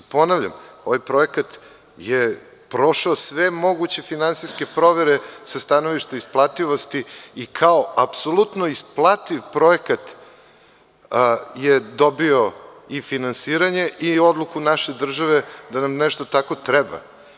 Ponavljam, ovaj projekat je prošao sve moguće finansijske provere sa stanovišta isplativosti i kao apsolutno isplativ projekat je dobio i finansiranje i odluku naše države da nam tako nešto treba.